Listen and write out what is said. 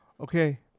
Okay